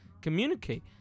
communicate